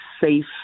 safe